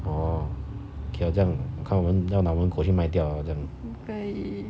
哦 okay lor 这样看我们拿我们的狗去卖掉了这样